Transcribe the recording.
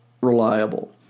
reliable